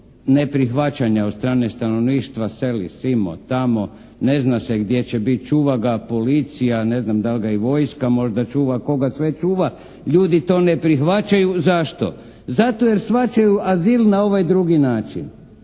neprihvaćanja od strane stanovništva seli simo, tamo. Ne zna se gdje će biti. Čuva ga policija. Ne znam dal ga i vojska možda čuva, tko ga sve čuva. Ljudi to ne prihvaćaju. Zašto? Zato jer shvaćaju azil na ovaj drugi način.